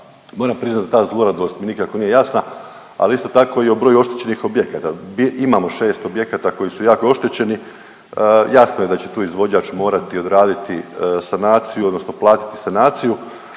Moram priznat da ta zluradost mi nikako nije jasna ali isto tako i o broju oštećenih objekata. Imamo 6 objekata koji su jako oštećeni, jasno je da će tu izvođač morati odraditi sanaciju odnosno platiti sanaciju